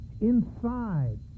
inside